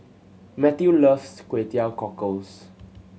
Mathew loves Kway Teow Cockles